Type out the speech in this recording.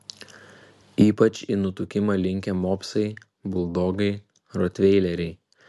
ypač į nutukimą linkę mopsai buldogai rotveileriai